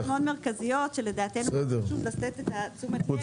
מאוד מרכזיות שלדעתנו חשוב לתת את תשומת הלב.